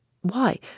Why